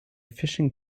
phishing